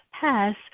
pass